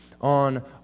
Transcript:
on